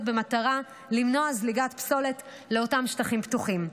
במטרה למנוע זליגת פסולת לאותם שטחים פתוחים.